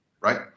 right